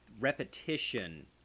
repetition